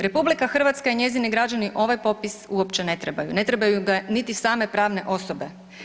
RH i njezini građani ovaj popis uopće ne trebaju, ne trebaju ga niti same pravne osobe.